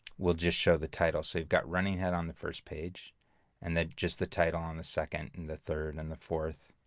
will just show the title. so you've got running head on the first page and then just the title on the second, and the third, and the fourth.